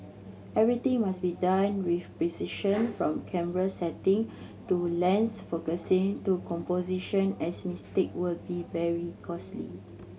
everything must be done with precision from camera setting to lens focusing to composition as mistake will be very costly